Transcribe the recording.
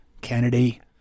kennedy